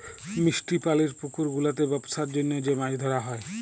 মিষ্টি পালির পুকুর গুলাতে বেপসার জনহ যে মাছ ধরা হ্যয়